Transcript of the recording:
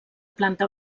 planta